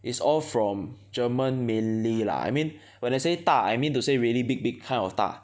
is all from German mainly lah I mean when I say 大 I mean to say really big big kind of 大